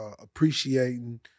appreciating